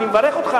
ואני מברך אותך,